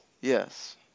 Yes